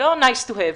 היא לא nice to have,